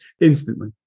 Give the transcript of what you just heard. instantly